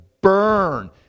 burn